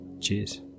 Cheers